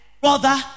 brother